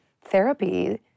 therapy